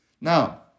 Now